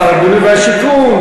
שר הבינוי והשיכון.